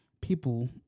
people